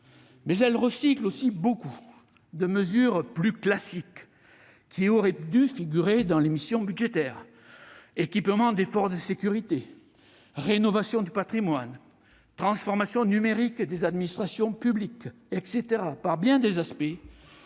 Mais elle recycle aussi beaucoup de mesures plus classiques qui auraient dû figurer dans les missions budgétaires : équipement des forces de sécurité, rénovation du patrimoine, transformation numérique des administrations publiques, etc. Par bien des aspects,